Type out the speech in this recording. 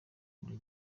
muri